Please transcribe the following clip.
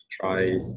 try